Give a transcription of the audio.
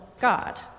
God